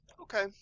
okay